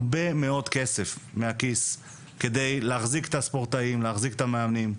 הרבה מאוד כסף מהכיס כדי להחזיק את הספורטאים להחזיק את המאמנים,